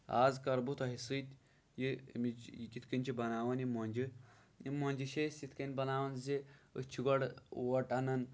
آز کرٕ بہٕ تۄہہِ سۭتۍ یہِ اَمِچ یہِ کِتھ کَن چھِ بَناوان یہِ مۄنجہِ یِم مۄنجہِ چھِ أسۍ یِتھ کٔنۍ بَناوان زِأسۍ چھِ گۄڈٕ اوٹ اَنان